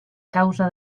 causa